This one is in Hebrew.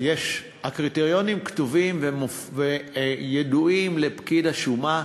הקריטריונים כתובים וידועים לפקיד השומה.